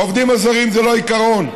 העובדים הזרים זה לא עיקרון,